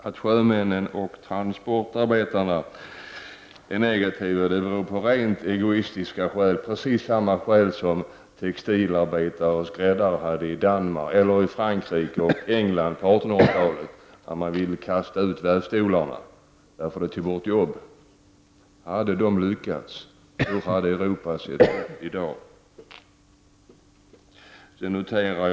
Att sjömännen och transportarbetarna är negativa har rent egoistiska orsaker, nämligen samma som textilarbetare och skräddare hade i Frankrike och England på 1800-talet då en del människor ville kasta ut vävstolarna — en sådan utveckling ledde ju till färre arbetstillfällen. Hade de arbetarna lyckats — hur hade Europa i så fall sett ut i dag? Fru talman!